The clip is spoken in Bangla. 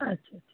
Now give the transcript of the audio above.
আচ্ছা আচ্ছা